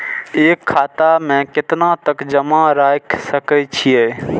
एक खाता में केतना तक जमा राईख सके छिए?